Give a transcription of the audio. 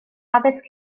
addysg